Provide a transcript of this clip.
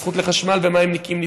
ונפגעת הזכות לחשמל ומים נקיים',